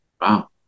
Wow